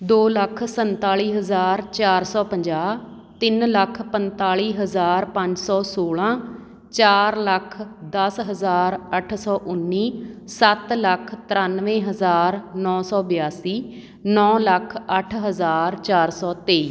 ਦੋ ਲੱਖ ਸੰਤਾਲੀ ਹਜ਼ਾਰ ਚਾਰ ਸੌ ਪੰਜਾਹ ਤਿੰਨ ਲੱਖ ਪੰਤਾਲੀ ਹਜ਼ਾਰ ਪੰਜ ਸੌ ਸੋਲਾਂ ਚਾਰ ਲੱਖ ਦਸ ਹਜ਼ਾਰ ਅੱਠ ਸੌ ਉੱਨੀ ਸੱਤ ਲੱਖ ਤ੍ਰਿਆਨਵੇਂ ਹਜ਼ਾਰ ਨੌ ਸੌ ਬਿਆਸੀ ਨੌ ਲੱਖ ਅੱਠ ਹਜ਼ਾਰ ਚਾਰ ਸੌ ਤੇਈ